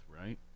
right